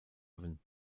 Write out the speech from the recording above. haven